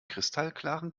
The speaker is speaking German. kristallklaren